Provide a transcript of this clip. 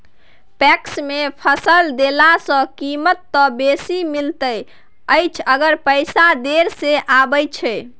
PACS मे फसल देला सॅ कीमत त बेसी मिलैत अछि मगर पैसा देर से आबय छै